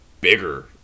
bigger